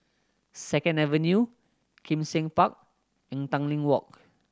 Second Avenue Kim Seng Park and Tanglin Walk